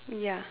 ya